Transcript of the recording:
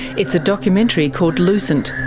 it's a documentary called lucent,